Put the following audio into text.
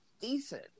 Decent